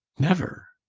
never?